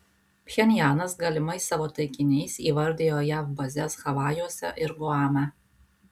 pchenjanas galimais savo taikiniais įvardijo jav bazes havajuose ir guame